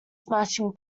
smashing